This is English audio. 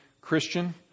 Christian